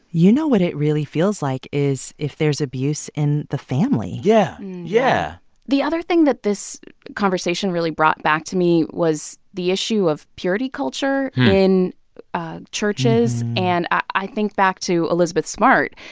you know what it really feels like is if there's abuse in the family yeah, yeah the other thing that this conversation really brought back to me was the issue of purity culture in churches. and i think back to elizabeth smart,